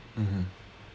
mmhmm